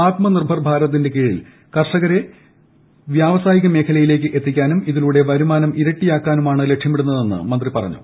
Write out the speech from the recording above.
ആത്മ നിർഭർ ഭാരതിന്റെ കീഴിൽ കർഷകരെ വ്യാവസായിക മേഖലയിലേയ്ക്ക് എത്തിക്കാനും ഇതിലൂടെ വരുമാനം ഇരട്ടിയാക്കാ നുമാണ് ലക്ഷ്യമിടുന്നതെന്ന് മന്ത്രി പറഞ്ഞു